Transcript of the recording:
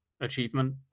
Achievement